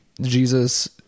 Jesus